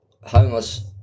homeless